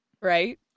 right